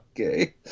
Okay